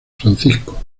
francisco